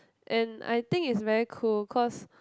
and I think is very cool cause